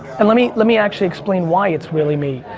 and let me, let me actually explain why it's really me.